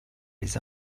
les